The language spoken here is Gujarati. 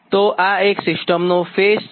તો આ એક સિસ્ટમનો ફેઝ છે